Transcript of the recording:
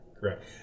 correct